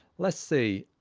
let's see